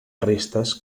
restes